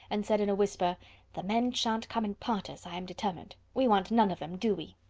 and said, in a whisper the men shan't come and part us, i am determined. we want none of them do we?